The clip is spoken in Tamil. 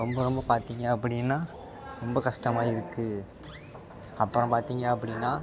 ரொம்ப ரொம்ப பார்த்தீங்க அப்படின்னா ரொம்ப கஷ்டமா இருக்குது அப்புறம் பார்த்தீங்க அப்படின்னா